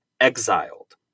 exiled